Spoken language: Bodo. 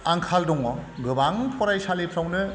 आंखाल दङ गोबां फरायसालिफोरावनो